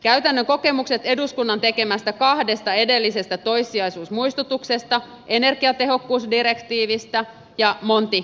käytännön kokemukset eduskunnan tekemistä kahdesta edellisestä toissijaisuusmuistutuksesta energiatehokkuusdirektiivistä ja monti